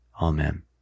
Amen